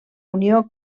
unió